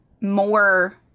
more